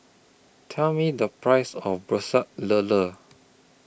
Tell Me The Price of Pecel Lele